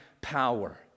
power